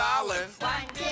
Island